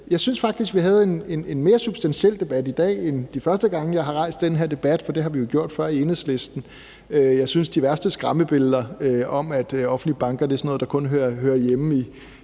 synes, at vi havde en mere substantiel debat i dag, end de første gange jeg har rejst den her debat, for det har vi jo gjort før fra Enhedslistens side. Jeg synes, at der ikke har været de værste skræmmebilleder om, at offentlige banker er sådan noget, der kun hører hjemme i